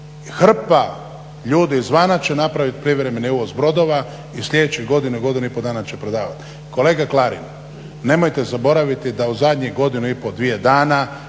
hrpa ljudi izvana će napraviti privremeni uvoz brodova i sljedećih godinu, godinu i pol dana će prodavati. Kolega Klarin nemojte zaboraviti da u zadnjih godinu i pol, dvije dana